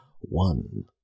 One